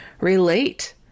relate